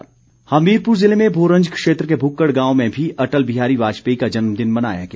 वाजपेयी जन्मदिन हमीरपुर जिले में भोरंज क्षेत्र के भुक्कड़ गांव में भी अटल बिहारी वाजपेयी का जन्मदिन मनाया गया